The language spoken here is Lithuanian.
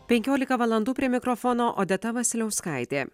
penkiolika valandų prie mikrofono odeta vasiliauskaitė